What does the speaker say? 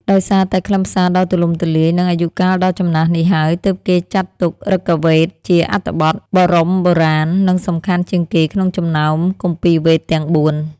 ដោយសារតែខ្លឹមសារដ៏ទូលំទូលាយ និងអាយុកាលដ៏ចំណាស់នេះហើយ ទើបគេចាត់ទុក ឫគវេទ ជាអត្ថបទបរមបុរាណ និងសំខាន់ជាងគេក្នុងចំណោមគម្ពីរវេទទាំង៤។